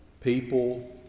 people